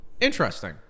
Interesting